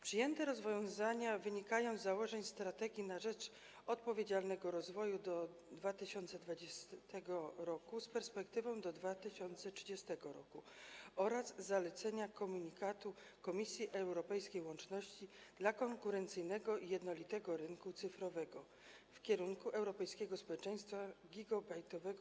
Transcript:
Przyjęte rozwiązania wynikają z założeń „Strategii na rzecz odpowiedzialnego rozwoju do 2020 r. (z perspektywą do 2030 r.)” oraz zalecenia komunikatu Komisji Europejskiej „Łączności dla konkurencyjnego jednolitego rynku cyfrowego: w kierunku europejskiego społeczeństwa gigabitowego”